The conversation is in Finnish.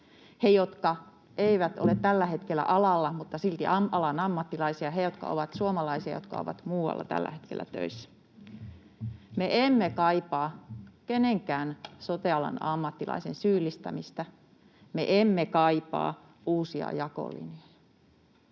jotka eivät ole tällä hetkellä alalla mutta silti alan ammattilaisia, heidät jotka ovat suomalaisia ja jotka ovat muualla tällä hetkellä töissä. Me emme kaipaa kenenkään sote-alan ammattilaisen syyllistämistä. Me emme kaipaa uusia jakolinjoja.